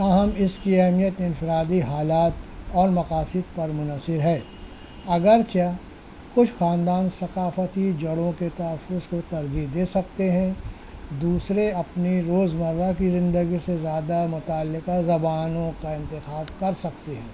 تاہم اس کی اہمیت انفرادی حالات اور مقاصد پر منحصر ہے اگرچہ کچھ خاندان ثقافتی جڑوں کے تحفظ کو ترجیح دے سکتے ہیں دوسرے اپنے روز مرہ کی زندگی سے زیادہ متعلقہ زبانوں کا انتخاب کر سکتے ہیں